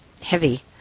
heavy